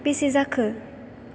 बेसे जाखो